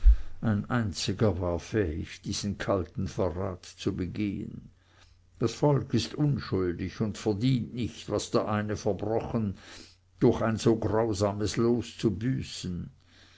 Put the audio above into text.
ein einziger war fähig diesen kalten verrat zu begehen das volk ist unschuldig und verdient nicht was der eine verbrochen durch ein so grausames los zu büßen